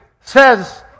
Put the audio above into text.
says